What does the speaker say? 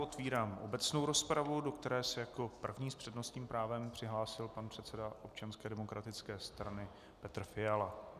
Otevírám obecnou rozpravu, do které se jako první s přednostním právem přihlásil pan předseda Občanské demokratické strany Petr Fiala.